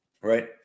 Right